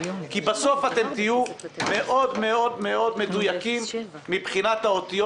כי בסוף אתם תהיו מאוד מאוד מאוד מדויקים מבחינת האותיות